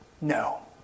no